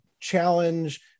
challenge